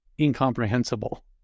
incomprehensible